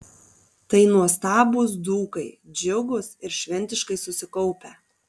tai nuostabūs dzūkai džiugūs ir šventiškai susikaupę